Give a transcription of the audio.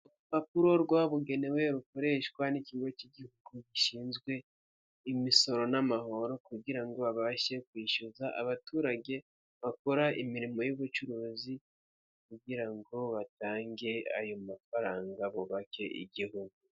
Urupapuro rwabugenewe rukoreshwa n'ikigo cy'igihugu gishinzwe imisoro n'amahoro kugira ngo babashe kwishyuza abaturage bakora imirimo y'ubucuruzi kugira ngo batange ayo mafaranga bubake igihugu.